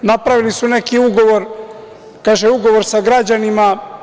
Napravili su neki ugovor, kaže ugovor sa građanima.